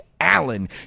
Allen